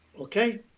Okay